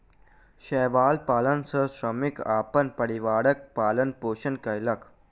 शैवाल पालन सॅ श्रमिक अपन परिवारक पालन पोषण कयलक